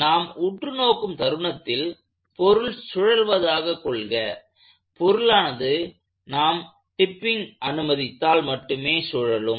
நாம் உற்று நோக்கும் தருணத்தில் பொருள் சுழல்வதாக கொள்க பொருளானது நாம் டிப்பிங் அனுமதித்தால் மட்டுமே சூழலும்